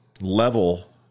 level